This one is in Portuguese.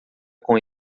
com